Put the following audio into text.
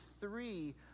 three